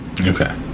Okay